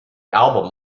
album